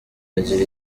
agira